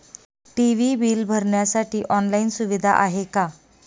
TV bill भरण्यासाठी online सुविधा आहे का?